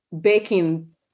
baking